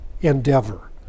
endeavor